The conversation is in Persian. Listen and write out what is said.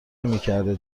نمیکرده